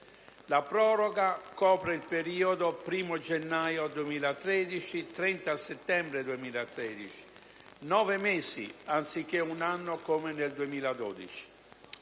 La proroga copre il periodo dal 1° gennaio 2013 al 30 settembre 2013 (nove mesi, anziché un anno come nel 2012).